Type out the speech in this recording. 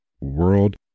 world